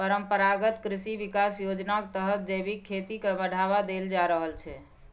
परंपरागत कृषि बिकास योजनाक तहत जैबिक खेती केँ बढ़ावा देल जा रहल छै